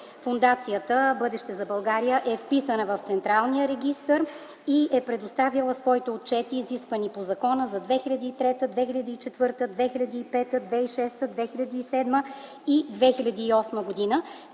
Фондация „Бъдеще за България” е вписана в Централния регистър и е предоставила своите отчети, изисквани по закона, за 2003, 2004, 2005, 2006, 2007 и 2008 г.,